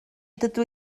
dydw